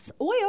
Oil